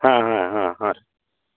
ಹಾಂ ಹಾಂ ಹಾಂ ಹಾಂ ರೀ